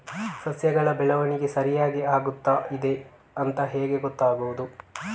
ಸಸ್ಯಗಳ ಬೆಳವಣಿಗೆ ಸರಿಯಾಗಿ ಆಗುತ್ತಾ ಇದೆ ಅಂತ ಹೇಗೆ ಗೊತ್ತಾಗುತ್ತದೆ?